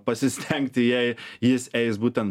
pasistengti jei jis eis būtent